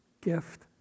gift